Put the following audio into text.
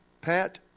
Pat